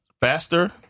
faster